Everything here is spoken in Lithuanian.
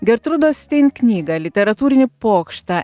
gertrūdos stein knygą literatūrinį pokštą